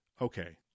okay